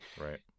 right